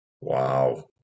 wow